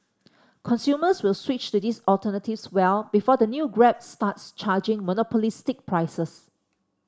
consumers will switch to these alternatives well before the new Grab starts charging monopolistic prices